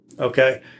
okay